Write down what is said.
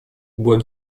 bois